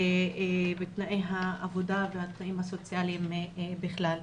בתנאי העבודה ובתנאים הסוציאליים בכלל.